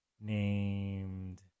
named